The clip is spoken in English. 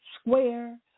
Square